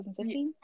2015